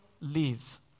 live